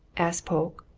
asked polke.